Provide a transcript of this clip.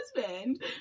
husband